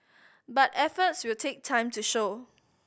but efforts will take time to show